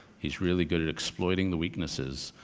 he's really good at exploiting the weaknesses,